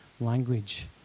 language